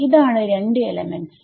ഇതാണ് രണ്ടു എലമെന്റ്സ്